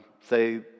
say